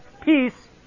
peace